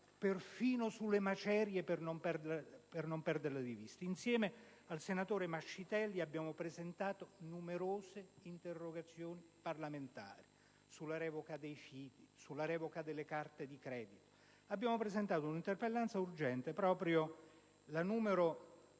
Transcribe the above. perfino sulle macerie per non perderle di vista. Insieme al senatore Mascitelli ho presentato numerose interrogazioni parlamentari sulla revoca dei fidi, sulla revoca delle carte di credito. Abbiamo presentato un'interpellanza urgente, la